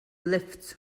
lifts